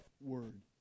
Word